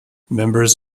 members